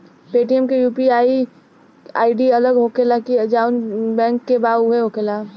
Paytm के UPI ID अलग होखेला की जाऊन बैंक के बा उहे होखेला?